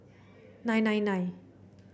nine nine nine